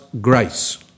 grace